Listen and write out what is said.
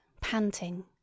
panting